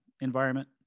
environment